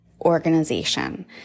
organization